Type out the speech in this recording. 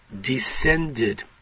descended